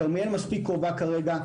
כרמיאל מספיק קרובה כרגע.